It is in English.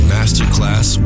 Masterclass